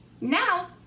now